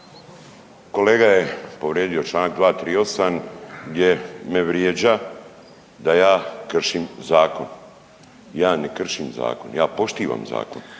Kolega je povrijedio čl. 238. gdje me vrijeđa da ja kršim zakon. Ja ne kršim zakon, ja poštivam zakon